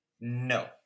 No